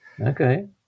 Okay